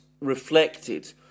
reflected